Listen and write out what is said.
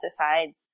pesticides